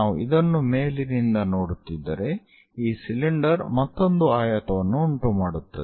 ನಾವು ಇದನ್ನು ಮೇಲಿನಿಂದ ನೋಡುತ್ತಿದ್ದರೆ ಈ ಸಿಲಿಂಡರ್ ಮತ್ತೊಂದು ಆಯತವನ್ನು ಉಂಟುಮಾಡುತ್ತದೆ